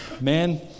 Man